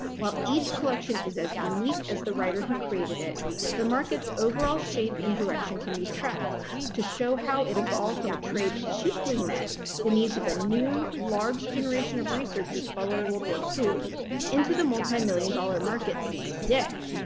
while each collection is as unique as the writer who created it the market's overall shape and direction can be tracked to show how it evolved from a trade that cheaply met the needs of a new large generation of researchers following world war ii into the multi-million dollar market scene today.